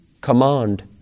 command